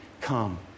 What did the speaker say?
come